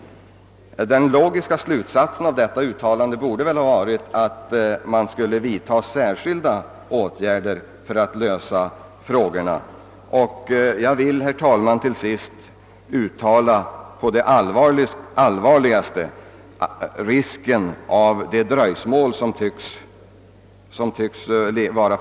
Den logiska slutsatsen härav borde väl ha varit, att man måste vidta särskilda åtgärder för att lösa problemen. Jag vill till sist, herr talman, på det allvarligaste betona risken med fortsatt dröjsmål som tycks vara att vänta.